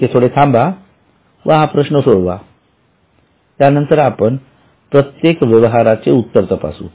येथे थोडे थांबा व हा प्रश्न सोडवा त्यानंतर आपण प्रत्येक व्यवहाराचे उत्तर तपासू